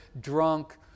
drunk